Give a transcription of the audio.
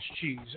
cheese